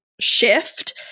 shift